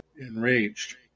enraged